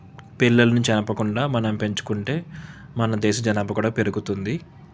పిల్లల్ని చెరపకుండా మనం పెంచుకుంటే మన దేశ జనభా కూడా పెరుగుతుంది